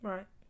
Right